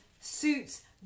Suits